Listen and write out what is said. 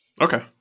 Okay